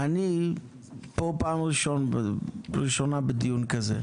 אני פה פעם ראשונה בדיון כזה.